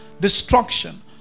destruction